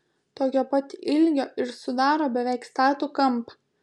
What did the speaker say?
tokio pat ilgio ir sudaro beveik statų kampą